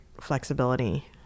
flexibility